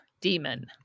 Demon